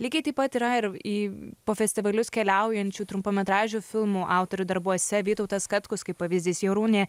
lygiai taip pat yra ir į po festivalius keliaujančių trumpametražių filmų autorių darbuose vytautas katkus kaip pavyzdys jorūnė